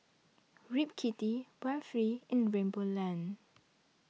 rip kitty run free in rainbow land